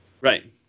Right